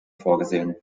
vorgesehen